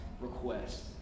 request